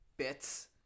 bits